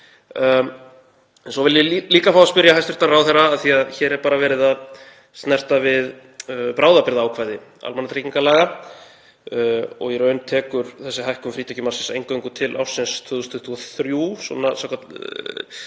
Svo vil ég líka fá að spyrja hæstv. ráðherra, af því að hér er bara verið að snerta við bráðabirgðaákvæði almannatryggingalaga og í raun tekur þessi hækkun frítekjumarksins eingöngu til ársins 2023 samkvæmt